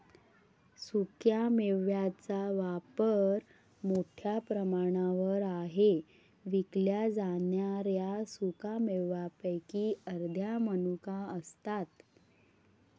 सुक्या मेव्यांचा वापर मोठ्या प्रमाणावर आहे विकल्या जाणाऱ्या सुका मेव्यांपैकी अर्ध्या मनुका असतात